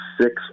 six